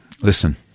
listen